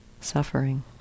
suffering